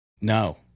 No